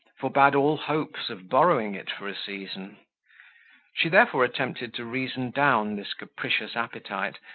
forbad all hopes of borrowing it for a season she therefore attempted to reason down this capricious appetite,